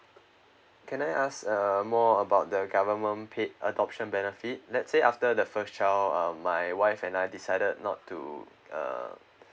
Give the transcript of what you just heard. can I ask uh more about the government paid adoption benefit let say after the first child um my wife and I decided not to uh